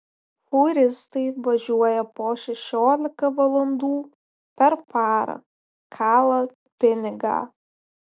fūristai važiuoja po šešiolika valandų per parą kala pinigą